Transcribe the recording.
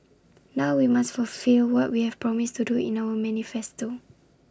now we must fulfil what we have promised to do in our manifesto